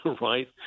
right